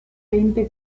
veinte